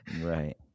Right